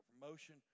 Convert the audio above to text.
promotion